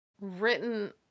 written